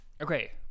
Okay